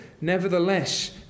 Nevertheless